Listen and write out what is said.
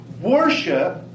worship